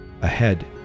Ahead